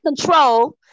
Control